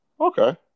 Okay